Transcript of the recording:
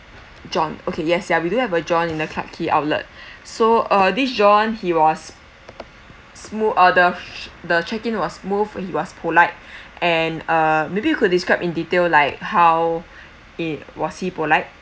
john okay yes ya we do have a john in the clarke quay outlet so uh this john he was smooth uh the the check in was smooth he was polite and uh maybe you could describe in detail like how in was he polite